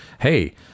hey